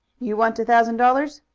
you want a thousand dollars?